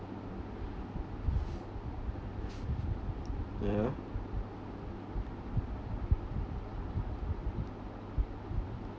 ya